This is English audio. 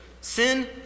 Sin